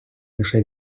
лише